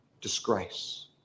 disgrace